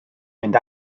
mynd